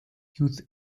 youth